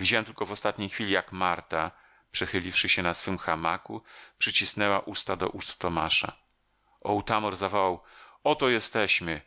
widziałem tylko w ostatniej chwili jak marta przechyliwszy się na swym hamaku przycisnęła usta do ust tomasza otamor zawołał oto jesteśmy